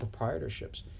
proprietorships